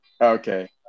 Okay